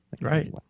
right